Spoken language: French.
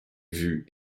vue